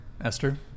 esther